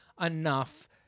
enough